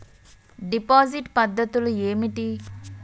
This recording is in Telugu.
డిపాజిట్ పద్ధతులు ఏమిటి?